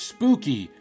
Spooky